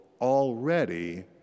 already